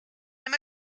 him